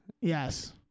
Yes